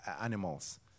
animals